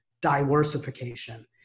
diversification